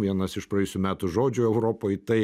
vienas iš praėjusių metų žodžių europoj tai